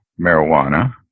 marijuana